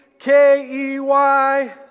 K-E-Y